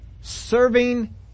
serving